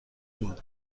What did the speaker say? بود